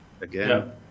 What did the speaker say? again